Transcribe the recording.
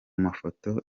mafoto